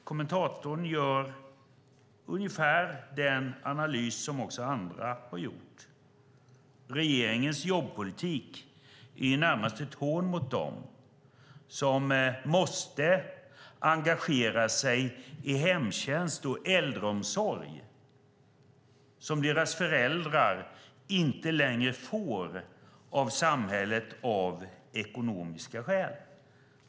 Hon gör ungefär den analys som också andra har gjort. Regeringens jobbpolitik är närmast ett hån mot dem som måste engagera sig i hemtjänst och äldreomsorg som deras föräldrar inte längre får av samhället av ekonomiska skäl.